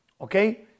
okay